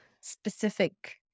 specific